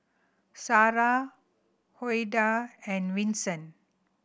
Sara Ouida and Vincent